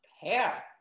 hair